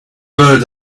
word